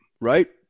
right